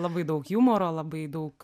labai daug jumoro labai daug